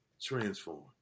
transform